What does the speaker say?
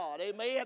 Amen